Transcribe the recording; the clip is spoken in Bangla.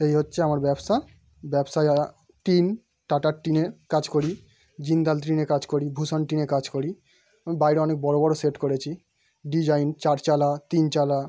এই হচ্ছে আমার ব্যবসা ব্যবসায় টিন টাটার টিনের কাজ করি জিন্দাল টিনে কাজ করি ভূষণ টিনে কাজ করি বাইরে অনেক বড় বড় শেড করেছি ডিজাইন চার চালা তিন চালা